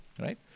Right